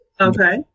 Okay